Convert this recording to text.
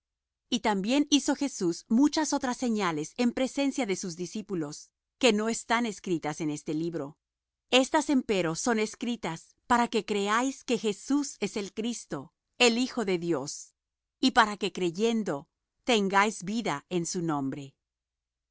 y también hizo jesús muchas otras señales en presencia de sus discípulos que no están escritas en este libro estas empero son escritas para que creáis que jesús es el cristo el hijo de dios y para que creyendo tengáis vida en su nombre